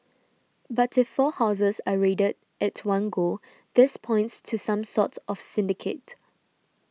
but if four houses are raided at one go this points to some sort of syndicate